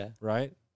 right